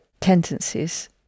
tendencies